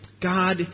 God